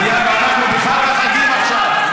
סיימנו, אנחנו בחג החגים עכשיו.